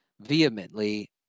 vehemently